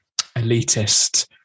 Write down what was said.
elitist